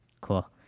cool